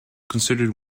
considered